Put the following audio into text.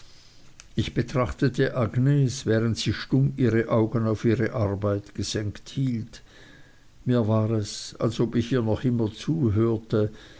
ich betrachtete agnes während sie stumm ihre augen auf ihre arbeit gesenkt hielt mir war es als ob ich ihr noch immer zuhörte